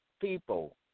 people